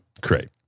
Great